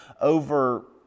over